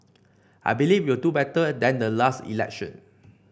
I believe we will do better than the last election